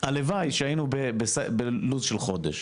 הלוואי שהיינו בלו"ז של חודש.